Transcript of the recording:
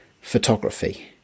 photography